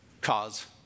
cause